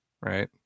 right